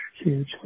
huge